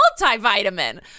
multivitamin